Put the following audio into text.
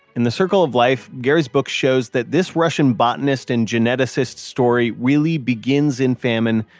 in the circle of life, gary's book shows that this russian botanist and geneticist's story really begins in famine,